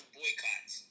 boycotts